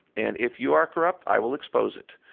and if you are corrupt, i will expose it.